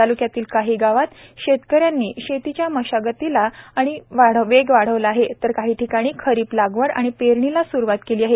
तालुक्यातील काही गावात शेतकरी यांनी शेतीच्या मशागतीस आणि वेग वाढविला आहे तर काही ठिकाणी खरीप लागवड आणी पेरणीला सुरुवात केली आहेत